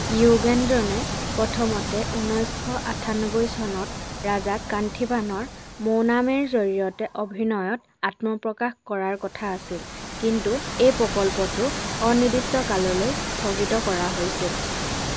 য়ুগেন্দ্ৰনে প্ৰথমতে ঊনৈছশ আঠান্নবৈ চনত ৰাজা কান্থীভানৰ মৌনামেৰ জৰিয়তে অভিনয়ত আত্মপ্ৰকাশ কৰাৰ কথা আছিল কিন্তু এই প্ৰকল্পটো অনিৰ্দিষ্ট কাললৈ স্থগিত কৰা হৈছিল